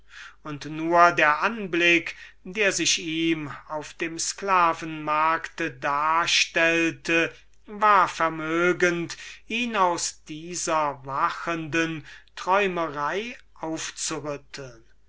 und nichts als der anblick der sich ihm auf dem sklaven markte darstellte war vermögend ihn aus dieser wachenden träumerei